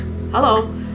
hello